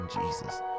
Jesus